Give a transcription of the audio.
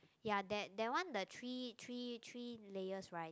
ya that that one the three three three layers right